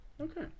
Okay